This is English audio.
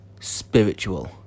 spiritual